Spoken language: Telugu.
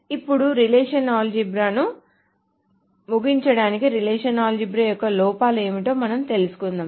ఇప్పుడు రిలేషనల్ ఆల్జీబ్రాను ముగించడానికి రిలేషనల్ ఆల్జీబ్రా యొక్క లోపాలు ఏమిటో మనం తెలుసుకుందాం